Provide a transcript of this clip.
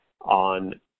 on